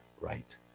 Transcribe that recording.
right